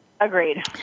Agreed